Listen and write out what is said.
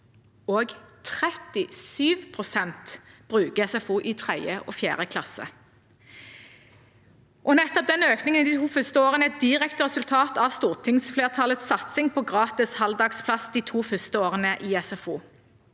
37 pst. bruker SFO i 3. og 4. klasse. Denne økningen i de to første årene er et direkte resultat av stortingsflertallets satsing på gratis halvdagsplass de to første årene i SFO.